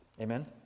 Amen